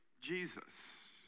Jesus